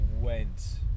went